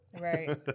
Right